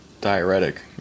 diuretic